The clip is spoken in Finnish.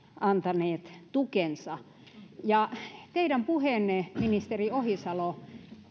antaneet tukensa teidän puheenne ministeri ohisalo